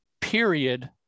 period